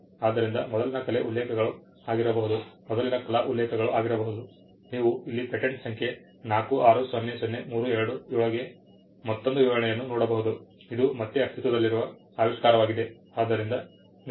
ಆದ್ದರಿಂದ ಮೊದಲಿನ ಕಲಾ ಉಲ್ಲೇಖಗಳು ಆಗಿರಬಹುದು ನೀವು ಇಲ್ಲಿ ಪೇಟೆಂಟ್ ಸಂಖ್ಯೆ 4600327 ಗೆ ಮತ್ತೊಂದು ವಿವರಣೆಯನ್ನು ನೋಡಬಹುದು ಇದು ಮತ್ತೆ ಅಸ್ತಿತ್ವದಲ್ಲಿರುವ ಆವಿಷ್ಕಾರವಾಗಿದೆ